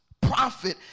prophet